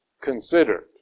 considered